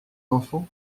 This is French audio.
enfant